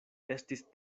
estis